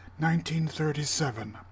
1937